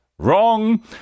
Wrong